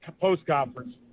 post-conference